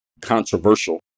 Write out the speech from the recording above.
controversial